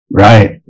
Right